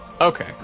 Okay